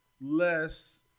less